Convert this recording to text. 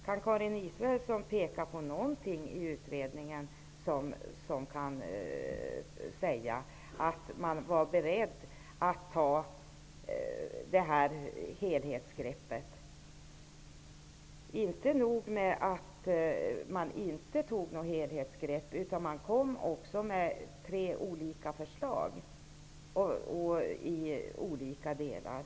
Kan Karin Israelsson peka på någonting i utredningen som säger att man är beredd att ta detta helhetsgrepp? Inte nog med att man inte tog ett helhetsgrepp, man kom också med tre olika förslag i olika delar.